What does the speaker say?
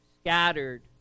scattered